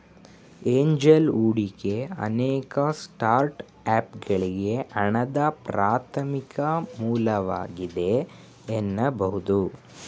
angel ಹೂಡಿಕೆ ಅನೇಕ ಸ್ಟಾರ್ಟ್ಅಪ್ಗಳ್ಗೆ ಹಣದ ಪ್ರಾಥಮಿಕ ಮೂಲವಾಗಿದೆ ಎನ್ನಬಹುದು